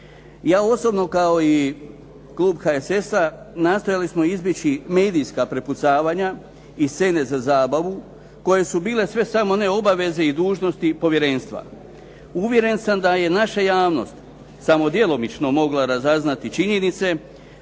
Ja osobno kao i klub HSS-a nastojali smo izbjeći medijska prepucavanja i scene za zabavu koje su bile sve samo ne obaveze i dužnosti povjerenstva. Uvjeren sam da je naša javnost samo djelomično mogla razaznati činjenice